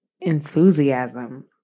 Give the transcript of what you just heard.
enthusiasm